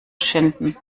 schinden